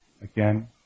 again